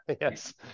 Yes